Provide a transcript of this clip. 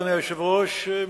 אדוני היושב-ראש,